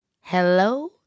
Hello